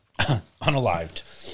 Unalived